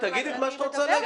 תגידי מה שאת רוצה להגיד.